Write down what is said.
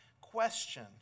question